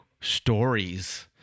stories